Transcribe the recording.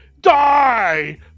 Die